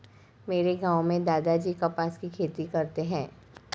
मेरे गांव में दादाजी कपास की खेती करते हैं